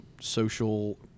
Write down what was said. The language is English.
social